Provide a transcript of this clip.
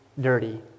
dirty